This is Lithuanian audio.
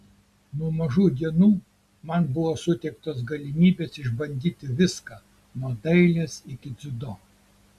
nuo mažų dienų man buvo suteiktos galimybės išbandyti viską nuo dailės iki dziudo